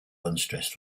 unstressed